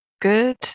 good